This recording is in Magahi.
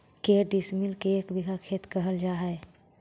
के डिसमिल के एक बिघा खेत कहल जा है?